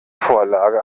vorlage